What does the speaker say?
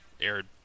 aired